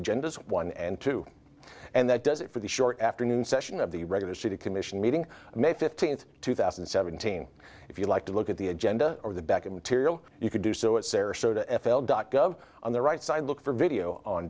agenda one and two and that does it for the short afternoon session of the regular city commission meeting may fifteenth two thousand and seventeen if you like to look at the agenda or the back of material you can do so it sarasota f l dot gov on the right side look for video on